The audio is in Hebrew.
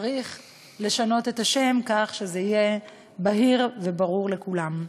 צריך לשנות את השם כך שזה יהיה בהיר וברור לכולם.